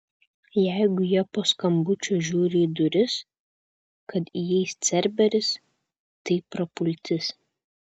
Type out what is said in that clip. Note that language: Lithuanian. jeigu jie po skambučio žiūri į duris kad įeis cerberis tai prapultis